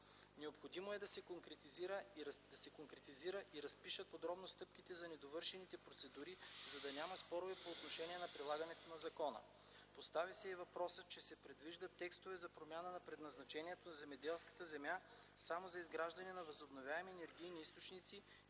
Необходимо е да се конкретизират и разпишат подробно стъпките за „недовършените процедури”, за да няма спорове по отношение на прилагането на закона. Постави се и въпросът, че се предвиждат текстове за промяна на предназначението на земеделската земя само за изграждане на възобновяеми енергийни източници